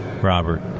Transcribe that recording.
Robert